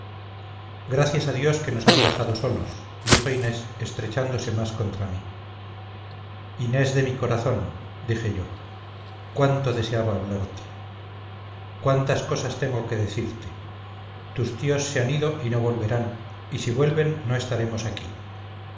gracias a dios que nos han dejado solos dijo inés estrechándose más contra mí inés de mi corazón dije yo cuánto deseaba hablarte cuántas cosas tengo que decirte tus tíos se han ido y no volverán y si vuelven no estaremos aquí